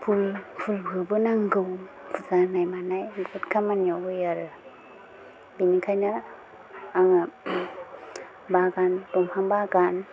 फुल फुलखौबो नांगौ फुजा होनाय मानाय बुहुत खामानियाव होयो आरो बेनिखायनो आङो बागान दंफां बागान